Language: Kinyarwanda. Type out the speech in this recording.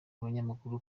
abanyamakuru